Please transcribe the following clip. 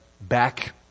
back